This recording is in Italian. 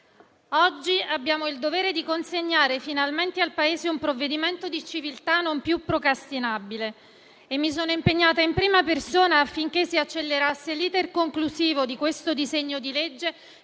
oggi abbiamo il dovere di consegnare finalmente al Paese un provvedimento di civiltà non più procrastinabile. Mi sono impegnata in prima persona affinché si accelerasse l'*iter* conclusivo di questo disegno di legge,